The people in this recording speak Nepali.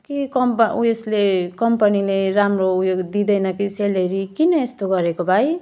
के कम्बा उयसले कम्पनीले राम्रो उयो दिँदैन कि स्यालेरी किन यस्तो गरेको भाइ